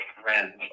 friends